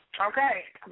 Okay